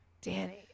Danny